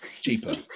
Cheaper